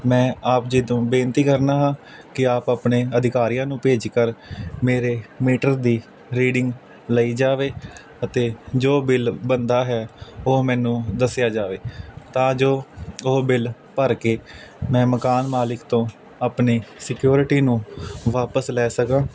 ਮੈਂ ਆਪ ਜੀ ਤੋਂ ਬੇਨਤੀ ਕਰਨਾ ਹਾਂ ਕਿ ਆਪ ਆਪਣੇ ਅਧਿਕਾਰੀਆਂ ਨੂੰ ਭੇਜ ਕਰ ਮੇਰੇ ਮੀਟਰ ਦੀ ਰੀਡਿੰਗ ਲਈ ਜਾਵੇ ਅਤੇ ਜੋ ਬਿੱਲ ਬਣਦਾ ਹੈ ਉਹ ਮੈਨੂੰ ਦੱਸਿਆ ਜਾਵੇ ਤਾਂ ਜੋ ਉਹ ਬਿੱਲ ਭਰ ਕੇ ਮੈਂ ਮਕਾਨ ਮਾਲਿਕ ਤੋਂ ਆਪਣੇ ਸਿਕਿਉਰਟੀ ਨੂੰ ਵਾਪਸ ਲੈ ਸਕਾਂ